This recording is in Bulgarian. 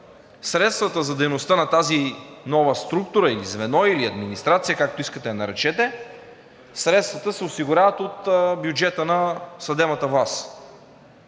средствата за дейността на тази нова структура или звено, или администрация, както искате я наречете, средствата се осигуряват от бюджета на съдебната